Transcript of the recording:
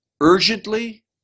urgently